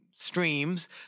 Streams